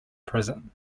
prison